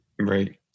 Right